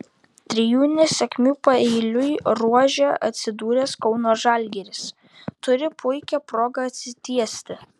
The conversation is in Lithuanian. trijų nesėkmių paeiliui ruože atsidūręs kauno žalgiris turi puikią progą atsitiesti